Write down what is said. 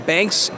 Banks